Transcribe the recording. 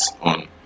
on